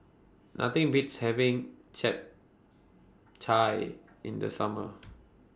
Nothing Beats having Japchae in The Summer